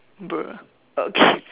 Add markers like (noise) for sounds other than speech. bruh okay (laughs)